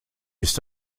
ist